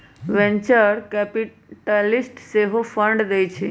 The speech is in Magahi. वेंचर कैपिटलिस्ट सेहो फंड देइ छइ